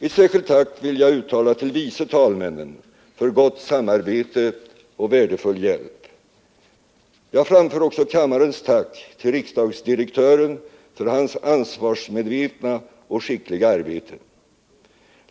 Ett särskilt tack vill jag uttala till vice talmännen för gott samarbete och värdefull hjälp. Jag framför också kammarens tack till riksdagsdirektören för hans ansvarsmedvetna och skickliga arbete.